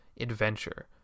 adventure